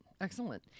excellent